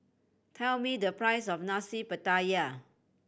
tell me the price of Nasi Pattaya